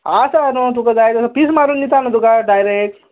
आसा आतां तुका जाय जाल्या पीस मारून दिता न्हू तुका डायरेक